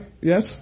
Yes